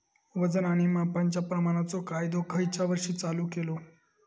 वजन आणि मापांच्या प्रमाणाचो कायदो खयच्या वर्षी चालू केलो?